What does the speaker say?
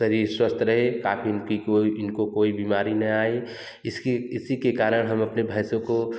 शरीर स्वस्थ रहे का इनकी कोई इनको कोई बीमारी ना आए इसकी इसी के कारण हम अपने भैंसों को